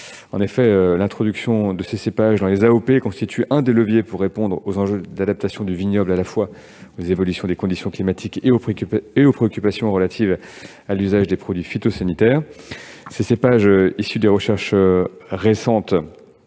En effet, l'introduction de ces cépages dans les AOP constitue l'un des leviers pour répondre aux défis de l'adaptation du vignoble non seulement aux évolutions des conditions climatiques, mais aussi aux préoccupations relatives à l'usage des produits phytosanitaires. Ces cépages issus des recherches récentes